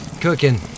Cooking